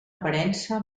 aparença